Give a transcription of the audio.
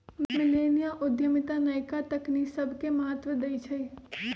मिलेनिया उद्यमिता नयका तकनी सभके महत्व देइ छइ